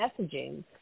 messaging